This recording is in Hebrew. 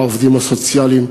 העובדים הסוציאליים,